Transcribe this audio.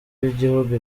yigihugu